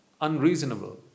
Unreasonable